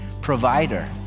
provider